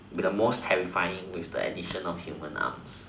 be the most terrifying with the addition of human arms